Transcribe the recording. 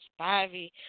Spivey